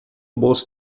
bolso